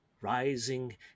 rising